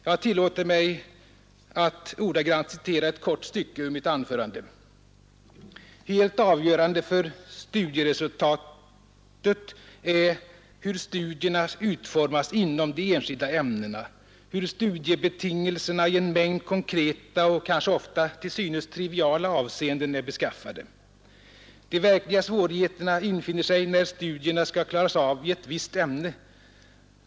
Jag tillåter mig att ordagrant citera ett kort stycke ur mitt anförande: ”Helt avgörande för studieresultatet är ändock hur studierna utformas inom de enskilda ämnena, hur studiebetingelserna i en mängd konkreta och kanske ofta till synes triviala avseenden är beskaffade. I många fall är dessutom kombinationen av ämnen så självklar att valet inte innebär några som helst svårigheter. De verkliga svårigheterna infinner sig när studierna skall klaras av i ett visst ämne.